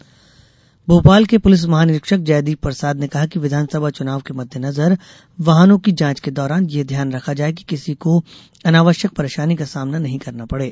वाहन जांच निर्देश भोपाल के पुलिस महानिरीक्षक जयदीप प्रसाद ने कहा कि विधानसभा चुनाव के मद्देनजर वाहनों की जांच के दौरान यह ध्यान रखा जाए कि किसी को अनावश्यक परेशानी का सामना नहीं करना पड़े